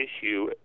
issue